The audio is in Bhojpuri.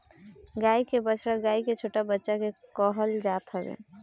गाई के बछड़ा गाई के छोट बच्चा के कहल जात हवे